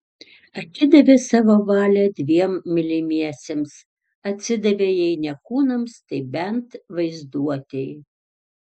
atidavė savo valią dviem mylimiesiems atsidavė jei ne kūnams tai bent vaizduotei